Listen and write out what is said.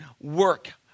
work